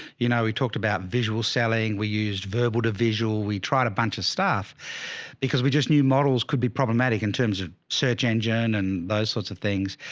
you know, we talked about visual selling, we used verbal, the visual. we tried a bunch of staff because we just knew models could be problematic in terms of search engine and those sorts of things.